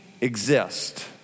exist